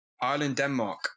Ireland-Denmark